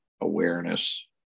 awareness